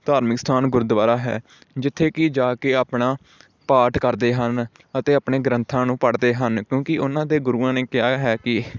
ਧਾਰਮਿਕ ਅਸਥਾਨ ਗੁਰਦੁਆਰਾ ਹੈ ਜਿੱਥੇ ਕਿ ਜਾ ਕੇ ਆਪਣਾ ਪਾਠ ਕਰਦੇ ਹਨ ਅਤੇ ਆਪਣੇ ਗ੍ਰੰਥਾਂ ਨੂੰ ਪੜ੍ਹਦੇ ਹਨ ਕਿਉਂਕਿ ਉਨ੍ਹਾਂ ਦੇ ਗੁਰੂਆਂ ਨੇ ਕਿਹਾ ਹੈ ਕਿ